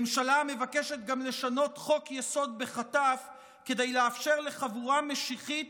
ממשלה המבקשת גם לשנות חוק-יסוד בחטף כדי לאפשר לחבורה משיחית